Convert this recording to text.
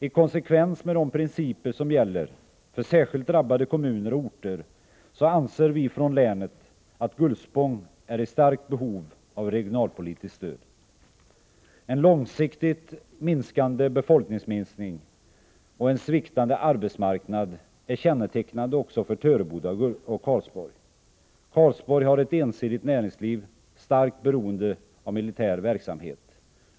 I konsekvens med de principer som gäller för särskilt drabbade kommuner och orter anser vi från länet att Gullspång är i starkt behov av regionalpolitiskt stöd. En långsiktigt minskande befolkning och en sviktande arbetsmarknad är kännetecknande också för Töreboda och Karlsborg. Karlsborg har ett ensidigt näringsliv, starkt beroende av militär verksamhet.